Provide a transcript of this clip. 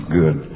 good